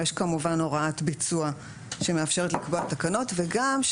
יש כמובן הוראת ביצוע שמאפשרת לקבוע תקנות וגם,